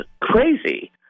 crazy